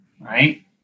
right